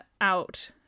out